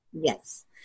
Yes